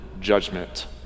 judgment